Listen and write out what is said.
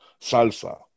Salsa